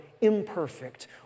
imperfect